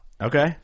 Okay